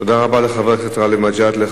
תודה רבה לחבר הכנסת גאלב מג'אדלה.